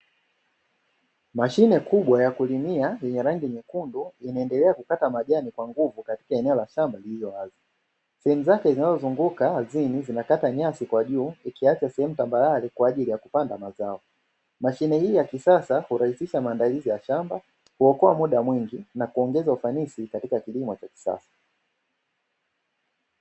Mashine kubwa ya kulimia yenye rangi nyekundu inaendelea kukata majani kwa nguvu katika eneo la shamba lililowazi. Feni zake zinazozunguka zinakata nyasi kwa juu ikiacha sehemu tambarare kwa ajili ya kupanda mazao. Mashine hii ya kisasa hurahisisha maandalizi ya shamba, huokoa mda mwingi na kuongeza ufanisi katika kilimo cha kisasa.